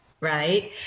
right